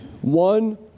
one